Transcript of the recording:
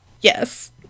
Yes